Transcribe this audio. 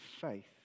faith